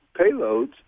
payloads